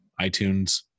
iTunes